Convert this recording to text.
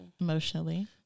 emotionally